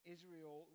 Israel